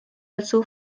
also